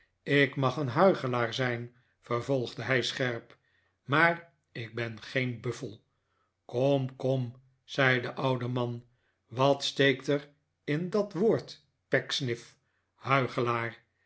ik mag een huichelaar zijn vervolgde hij scherp maar ik ben geen buffel kom kom zei de oude man wat steekt er in dat woord